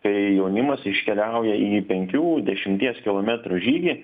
kai jaunimas iškeliauja į penkių dešimties kilometrų žygį